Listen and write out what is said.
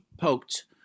poked